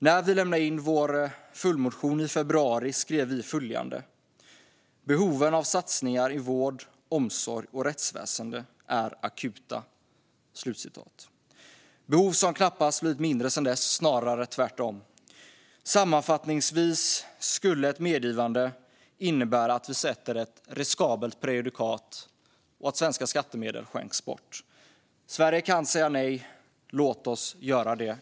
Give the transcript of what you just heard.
När vi lämnade in vår följdmotion i februari skrev vi följande: "Behoven av satsningar i vård, omsorg och rättsväsende är akuta." Det är behov som knappast har blivit mindre sedan dess, snarare tvärtom. Sammanfattningsvis skulle ett medgivande innebära att vi sätter ett riskabelt prejudikat och att svenska skattepengar skänks bort. Sverige kan säga nej. Låt oss göra det.